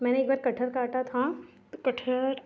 मैंने एक बार कटहल काटा था तो कटहल